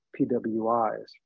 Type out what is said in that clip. PWIs